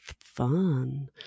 fun